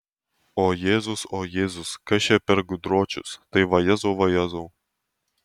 o jėzus o jėzus kas čia per gudročius tai vajezau vajezau